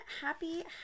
Happy